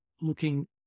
looking